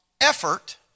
effort